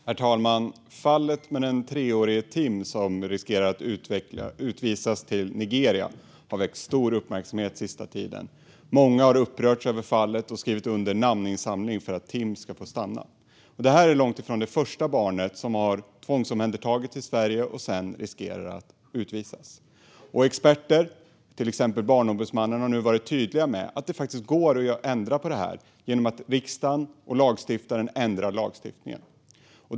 Herr talman! Fallet med treårige Tim som riskerar att utvisas till Nigeria har väckt stor uppmärksamhet på sista tiden. Många har upprörts av fallet och skrivit under en namninsamling för att Tim ska få stanna. Det här är långt ifrån det första barnet som har tvångsomhändertagits i Sverige och sedan riskerar att utvisas. Experter, till exempel Barnombudsmannen, har varit tydliga med att det går att ändra på det här genom att riksdagen och lagstiftaren ändrar lagstiftningen.